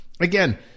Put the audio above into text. again